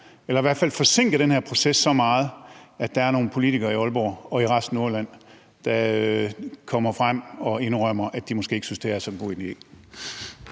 eller i hvert fald forsinke den her proces så meget, at der er nogle politikere i Aalborg og i resten af Nordjylland, der kommer frem og indrømmer, at de måske ikke synes, det er så god en idé.